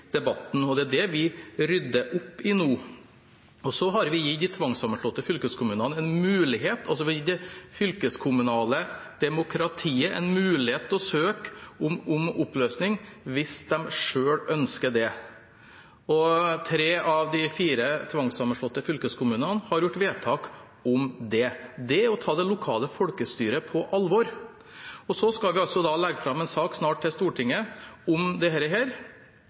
debatten. Det er det vi rydder opp i nå, og så har vi gitt de tvangssammenslåtte kommunene – altså det fylkeskommunale demokratiet – en mulighet til å søke om oppløsning hvis de selv ønsker det. Tre av de fire tvangssammenslåtte fylkene har gjort vedtak om det. Det er å ta det lokale folkestyret på alvor. Så skal vi snart legge fram en sak om dette for Stortinget.